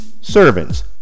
servants